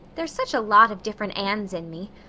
there's such a lot of different annes in me.